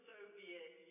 Soviet